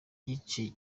gice